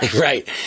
Right